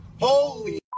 Holy